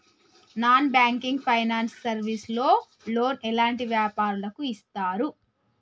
Non banking finance service లో loan ఎలాంటి వ్యాపారులకు ఇస్తరు?